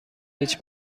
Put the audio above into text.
هیچ